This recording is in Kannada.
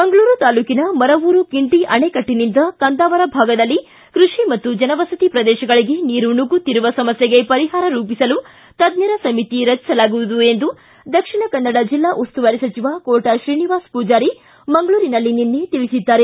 ಮಂಗಳೂರು ತಾಲೂಕಿನ ಮರವೂರು ಕಿಂಡಿ ಅಣೆಕಟ್ಟನಿಂದ ಕಂದಾವರ ಭಾಗದಲ್ಲಿ ಕೃಷಿ ಮತ್ತು ಜನವಸತಿ ಪ್ರದೇಶಗಳಿಗೆ ನೀರು ನುಗ್ಗುತ್ತಿರುವ ಸಮಸ್ಥೆಗೆ ಪರಿಹಾರ ರೂಪಿಸಲು ತಜ್ಞರ ಸಮಿತಿ ರಚಿಸಲಾಗುವುದು ಎಂದು ದಕ್ಷಿಣ ಕನ್ನಡ ಜಿಲ್ಲಾ ಉಸ್ತುವಾರಿ ಸಚಿವ ಕೋಟ ಶ್ರೀನಿವಾಸ ಪೂಜಾರಿ ಮಂಗಳೂರಿನಲ್ಲಿ ನಿನ್ನೆ ತಿಳಿಸಿದ್ದಾರೆ